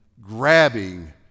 grabbing